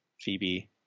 Phoebe